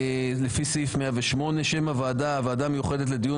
לפי סעיף 108. שם הוועדה: הוועדה המיוחדת לדיון